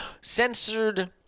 Censored